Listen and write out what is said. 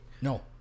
No